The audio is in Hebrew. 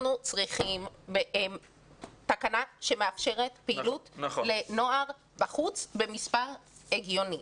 אנחנו צריכים מהם תקנה שמאפשרת פעילות לנוער בחוץ במספר הגיוני.